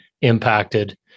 impacted